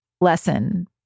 lesson